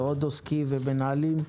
ועוד עוסקים ומנהלים,